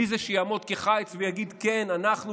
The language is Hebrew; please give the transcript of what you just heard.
מי זה שיעמוד כחיץ ויגיד: כן,